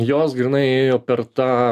jos grynai ėjo per tą